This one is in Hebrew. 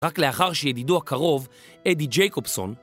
רק לאחר שידידו הקרוב, אדי ג׳ייקובסון,